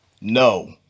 No